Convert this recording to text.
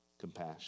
compassion